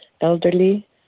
elderly